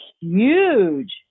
huge